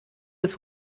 des